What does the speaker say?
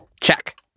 Check